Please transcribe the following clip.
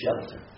shelter